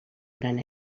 gran